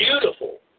beautiful